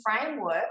framework